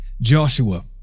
Joshua